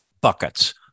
buckets